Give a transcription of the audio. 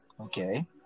Okay